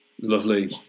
lovely